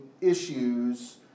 issues